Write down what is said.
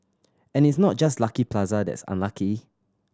and it's not just Lucky Plaza that's unlucky